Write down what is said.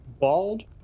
bald